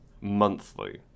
Monthly